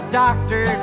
doctor